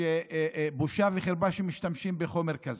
שבושה וחרפה שמשתמשים בחומר כזה.